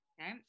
okay